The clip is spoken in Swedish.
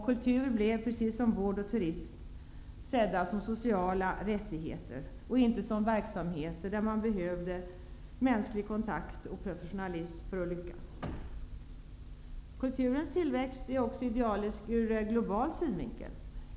Kultur, vård och turism sågs som sociala rättigheter, inte som verksamheter där man behövde mänsklig kontakt och professionalism för att lyckas. Kulturens tillväxt är också idealisk ur global synvinkel.